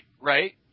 Right